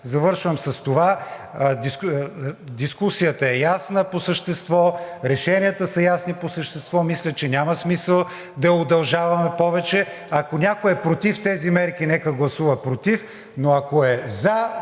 Завършвам с това – дискусията е ясна по същество. Решенията са ясни по същество. Мисля, че няма смисъл да я удължаваме повече. Ако някой е против тези мерки, нека гласува против, но ако е за,